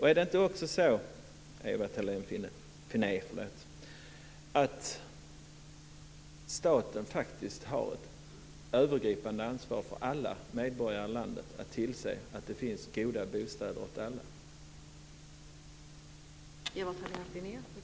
Är det inte också så, Ewa Thalén Finné, att staten faktiskt har ett övergripande ansvar för att tillse att det finns goda bostäder åt alla medborgare i landet?